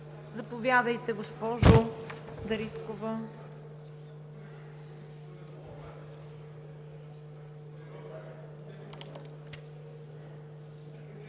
Заповядайте, госпожо Дариткова.